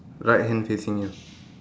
right hand facing here